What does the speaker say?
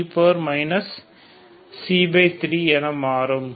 v29e 3 என மாறும்